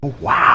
wow